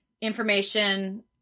information